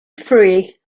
free